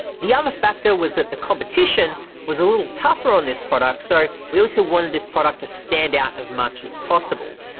the other factor was that the competition was a little tougher on this product so we also wanted this product to stand out as much as possible.